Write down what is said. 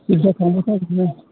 जायखिजाया थांबायथा बिदिनो